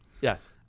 Yes